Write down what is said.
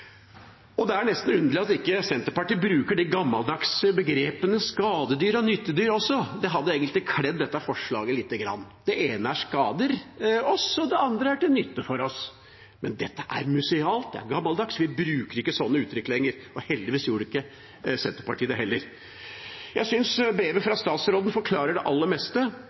Det er nesten underlig at ikke Senterpartiet også bruker de gammeldagse begrepene «skadedyr» og «nyttedyr», det hadde egentlig kledd dette forslaget lite grann. Det ene skader oss, og det andre er til nytte for oss. Men dette er musealt, det er gammeldags, vi bruker ikke sånne uttrykk lenger. Heldigvis gjorde ikke Senterpartiet det heller. Jeg synes brevet fra statsråden forklarer det aller meste